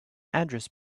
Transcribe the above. address